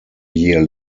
year